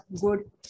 Good